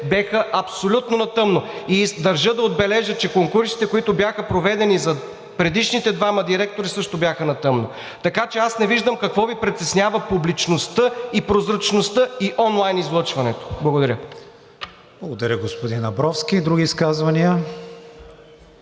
бяха абсолютно на тъмно! Държа да отбележа, че конкурсите, които бяха проведени за предишните двама директори, също бяха на тъмно. Така че не виждам какво Ви притеснява публичността и прозрачността, и онлайн излъчването! Благодаря. ПРЕДСЕДАТЕЛ КРИСТИАН ВИГЕНИН: Благодаря, господин Абровски. Други изказвания?